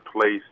place